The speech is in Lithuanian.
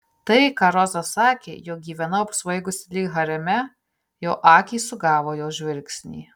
tai ką roza sakė jog gyvenau apsvaigusi lyg hareme jo akys sugavo jos žvilgsnį